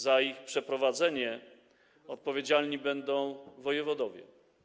Za ich przeprowadzenie odpowiedzialni będą wojewodowie.